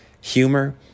humor